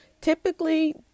typically